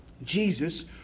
Jesus